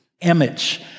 image